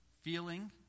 feeling